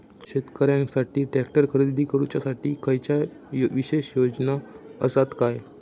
शेतकऱ्यांकसाठी ट्रॅक्टर खरेदी करुच्या साठी खयच्या विशेष योजना असात काय?